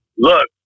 look